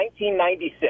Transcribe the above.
1996